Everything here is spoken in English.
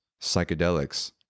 psychedelics